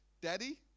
daddy